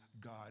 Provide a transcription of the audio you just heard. God